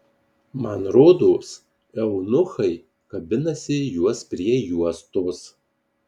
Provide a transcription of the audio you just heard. man rodos eunuchai kabinasi juos prie juostos